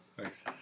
Thanks